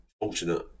fortunate